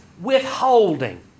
withholding